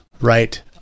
right